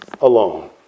alone